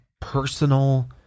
personal